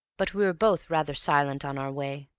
but we were both rather silent on our way.